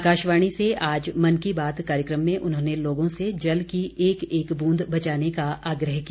आकाशवाणी से आज मन की बात कार्यक्रम में उन्होंने लोगों से जल की एक एक ब्रूंद बचाने का आग्रह किया